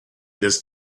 this